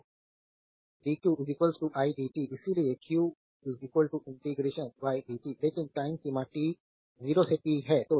तो dq idt इसलिए q integration ydt लेकिन टाइम सीमा t0 से t है